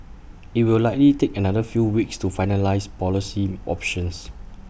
IT will likely take another few weeks to finalise policy options